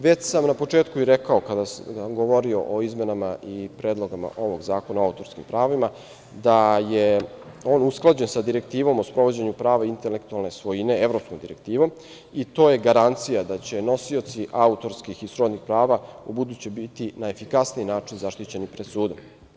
Već sam na početku i rekao kada sam govorio o izmenama Zakona o autorskim pravima da je on usklađen sa Direktivom o sprovođenju prava intelektualne svojine, evropskom direktivom, i to je garancija da će nosioci autorskih i srodnih prava ubuduće biti na efikasniji način zaštićeni pred sudom.